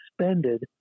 suspended